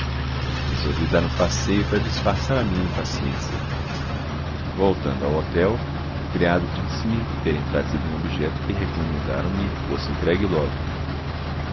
dar um passeio para disfarçar a minha impaciência voltando ao hotel o criado disse-me terem trazido um objeto que recomendaram me fosse entregue logo